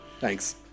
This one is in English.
Thanks